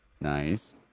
Nice